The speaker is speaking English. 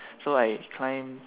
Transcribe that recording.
so I climb